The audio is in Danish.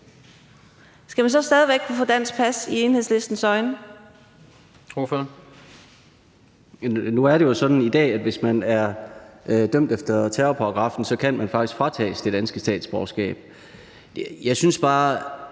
Kl. 15:41 Peder Hvelplund (EL): Nu er det jo sådan i dag, at hvis man er dømt efter terrorparagraffen, kan man faktisk fratages det danske statsborgerskab. Jeg synes bare,